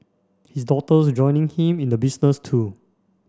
his daughter's joining him in the business too